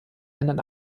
einen